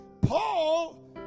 Paul